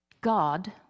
God